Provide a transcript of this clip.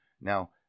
Now